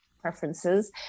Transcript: preferences